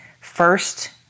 first